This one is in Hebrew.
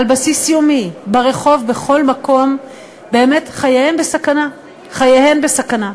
על בסיס יומי, ברחוב, בכל מקום, חייהם בסכנה.